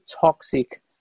toxic